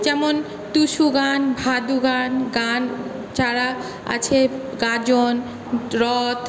যেমন টুসু গান ভাদু গান গান ছাড়া আছে গাজন রথ